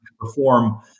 perform